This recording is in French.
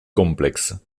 complexes